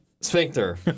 Sphincter